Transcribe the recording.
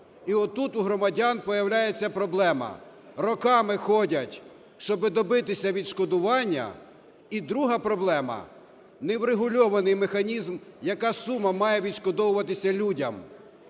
І от тут у громадян появляється проблема: роками ходять, щоби добитися відшкодування. І друга проблема: неврегульований механізм, яка сума має відшкодовуватися людям.